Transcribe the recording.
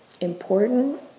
important